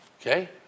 Okay